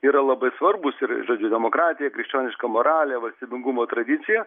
yra labai svarbūs ir žodžiu demokratija krikščioniška moralė valstybingumo tradicija